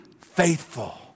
faithful